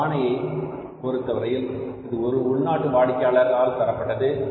இந்த ஆணையை பொருத்தவரையில் இது ஒரு வெளிநாட்டு வாடிக்கையாளர் ஆல் தரப்பட்டது